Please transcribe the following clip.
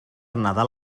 nadal